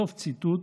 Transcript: סוף ציטוט